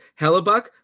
Hellebuck